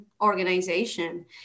organization